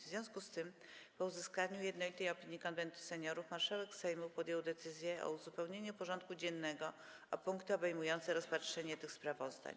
W związku z tym, po uzyskaniu jednolitej opinii Konwentu Seniorów, marszałek Sejmu podjął decyzję o uzupełnieniu porządku dziennego o punkty obejmujące rozpatrzenie tych sprawozdań.